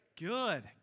Good